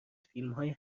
فیلمهای